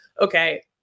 okay